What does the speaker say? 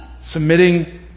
Submitting